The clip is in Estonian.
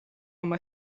oma